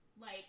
Like-